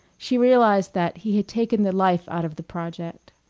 she realized that he had taken the life out of the project.